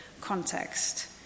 context